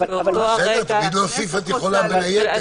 אין חיסון לקורונה,